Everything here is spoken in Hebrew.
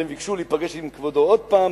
והם ביקשו להיפגש עם כבודו עוד פעם,